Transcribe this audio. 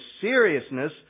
seriousness